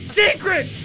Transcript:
secret